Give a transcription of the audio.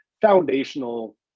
foundational